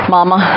Mama